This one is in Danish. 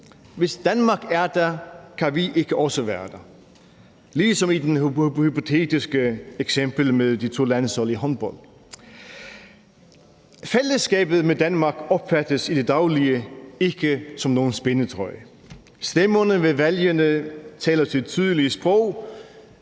Hvis Danmark er der, kan vi ikke også være der. Det er på samme måde med det hypotetiske eksempel med de to landshold i håndbold. Fællesskabet med Danmark opfattes i det daglige ikke som nogen spændetrøje. Stemmerne ved valgene taler deres tydelige sprog.